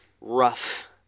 rough